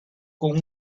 con